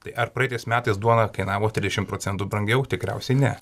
tai ar praeitais metais duona kainavo trisdešimt procentų brangiau tikriausiai ne